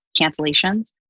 cancellations